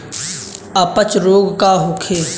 अपच रोग का होखे?